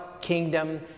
kingdom